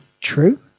true